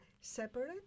separate